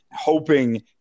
hoping